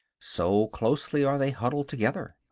so closely are they huddled together.